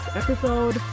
episode